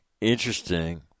Interesting